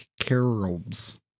Carols